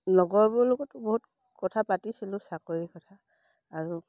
লগৰবোৰৰ লগতো বহুত কথা পাতিছিলোঁ চাকৰি কথা আৰু